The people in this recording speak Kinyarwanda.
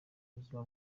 buzima